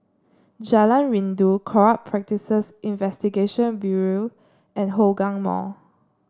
Jalan Rindu Corrupt Practices Investigation Bureau and Hougang Mall